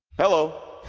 hello